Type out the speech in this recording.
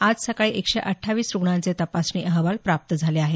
आज सकाळी एकशे अठ्ठावीस रूग्णांचे तपासणी अहवाल प्राप्त झाले आहेत